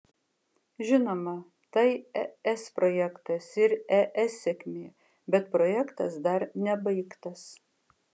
žinoma tai es projektas ir es sėkmė bet projektas dar nebaigtas